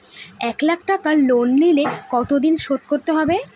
এক লাখ টাকা লোন নিলে কতদিনে শোধ করতে হবে?